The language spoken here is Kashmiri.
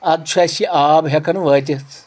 ادٕ چھُ اسہِ یہِ آب ہٮ۪کان وٲتتھ